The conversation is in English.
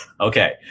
okay